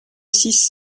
six